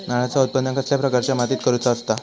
नारळाचा उत्त्पन कसल्या प्रकारच्या मातीत करूचा असता?